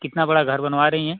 कितना बड़ा घर बनवा रही हैं